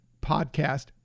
podcast